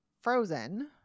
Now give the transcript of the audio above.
frozen